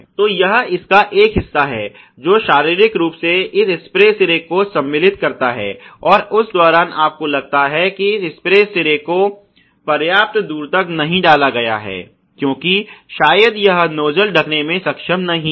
तो यह इसका एक हिस्सा है जो शारीरिक रूप से इस स्प्रे सिर को सम्मिलित करता है और उस दौरान आपको लगता है कि इस स्प्रे सिर को पर्याप्त दूर तक नहीं डाला गया है क्योंकि शायद यह नोज्जल ढकने में सक्षम नहीं है